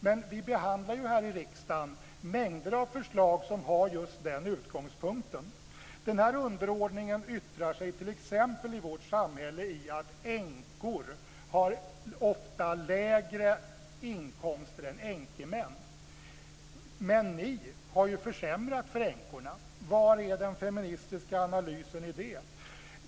Men vi behandlar här i riksdagen mängder av förslag som har just den utgångspunkten. Denna underordning yttrar sig i vårt samhälle t.ex. i att änkor ofta har lägre inkomster än änkemän. Men ni har ju varit med och försämrat för änkorna. Var är den feministiska analysen i det?